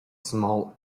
small